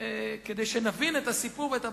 כדי שנבין את הסיפור ואת הבעיה,